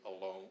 alone